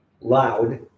loud